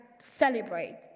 celebrate